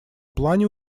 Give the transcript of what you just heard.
плане